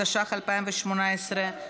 התשע"ח 2018,